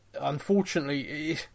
unfortunately